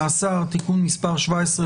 חוק שחרור על תנאי ממאסר (תיקון מס' 17,